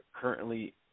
currently